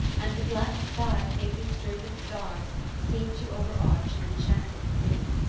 and the black sky faintly strewn with stars seemed to overarch an enchanted city.